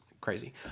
crazy